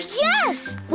yes